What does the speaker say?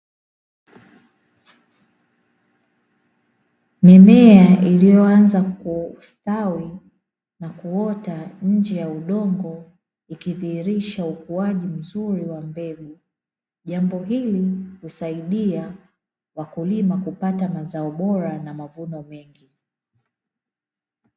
Mimea iliyoanza kustawi na kuota nje ya udongo, ikidhihirisha ukuwaji mzuri wa mbegu. Jambo hili husaidia wakulima kupata mazao bora na mavuno mengi.